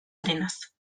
arenas